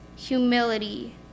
humility